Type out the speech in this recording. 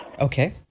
Okay